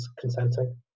consenting